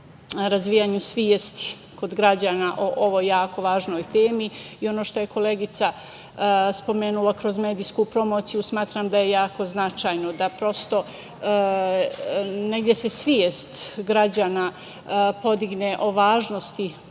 razvijanju svesti kod građana o ovoj jako važnoj temi. Ono što je koleginica spomenula, kroz medijsku promociju, smatram da je jako značajno, negde se svest građana podigne o važnosti